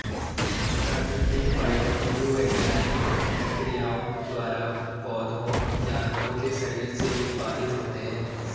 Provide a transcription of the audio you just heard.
प्राकृतिक फाइबर भूवैज्ञानिक प्रक्रियाओं द्वारा पौधों जानवरों के शरीर से उत्पादित होते हैं